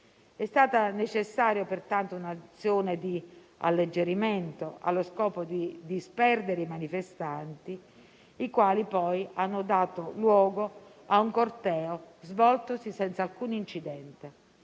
È stata necessario pertanto un'azione di alleggerimento, allo scopo di disperdere i manifestanti, i quali poi hanno dato luogo a un corteo, svoltosi senza alcun incidente.